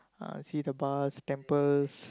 uh see the bars temples